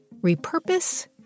Repurpose